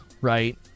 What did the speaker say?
right